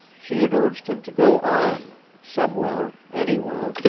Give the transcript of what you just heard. she had urged him to go on, somewhere, anywhere,